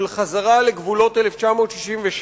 של חזרה לגבולות 1967,